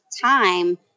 time